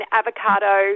avocado